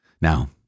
Now